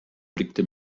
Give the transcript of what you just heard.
blickte